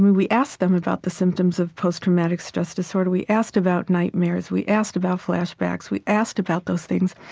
we we asked them about the symptoms of post-traumatic stress disorder. we asked about nightmares. we asked about flashbacks. we asked about those things.